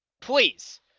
please